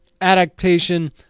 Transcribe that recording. adaptation